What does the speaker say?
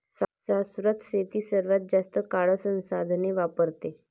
शाश्वत शेती सर्वात जास्त काळ संसाधने वापरते